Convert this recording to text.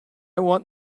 want